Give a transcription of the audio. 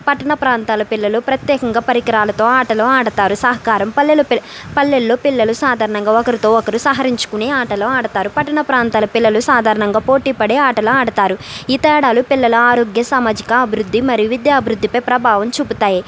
పట్టణ ప్రాంతాల పిల్లలు ప్రత్యేకంగా పరికరాలతో ఆటలు ఆడతారు సహకారం పల్లెల పల్లెల్లో పిల్లలు సాధారణంగా ఒకరితో ఒకరు సహకరించుకుని ఆటలు ఆడతారు పట్టణ ప్రాంతాల పిల్లలు సాధారణంగా పోటీపడే ఆటలు ఆడతారు ఈ తేడాలు పిల్లల ఆరోగ్య సామాజిక అభివృద్ధి మరియు విద్యా అభివృద్ధిపై ప్రభావం చూపుతాయి